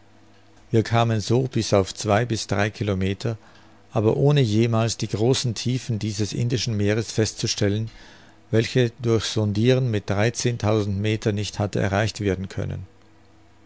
wir kamen so bis auf zwei bis drei kilometer aber ohne jemals die großen tiefen dieses indischen meeres festzustellen welche durch sondiren mit dreizehntausend meter nicht hatte erreicht werden können